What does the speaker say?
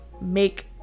make